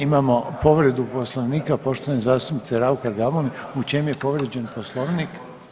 Imamo povredu Poslovnika, poštovane zastupnice Raukar-Gamulin, u čemu je povrijeđen Poslovnik?